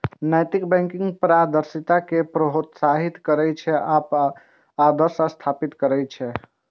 नैतिक बैंकिंग पारदर्शिता कें प्रोत्साहित करै छै आ आदर्श स्थापित करै छै